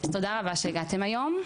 אז תודה רבה שהגעתם היום.